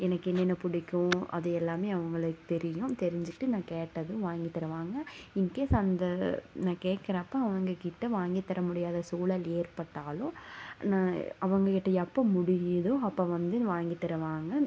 எனக்கு என்னென்ன பிடிக்கும் அது எல்லாமே அவங்களுக்கு தெரியும் தெரிஞ்சிகிட்டு நான் கேட்டதும் வாங்கி தருவாங்க இன்கேஸ் அந்த நான் கேட்குறப்போ அவங்க கிட்ட வாங்கித்தர முடியாத சூழல் ஏற்பட்டாலும் நா அவங்க கிட்ட எப்போ முடியுதோ அப்போ வந்து வாங்கித் தருவாங்க